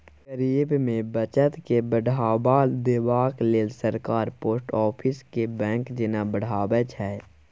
गरीब मे बचत केँ बढ़ावा देबाक लेल सरकार पोस्ट आफिस केँ बैंक जेना बढ़ाबै छै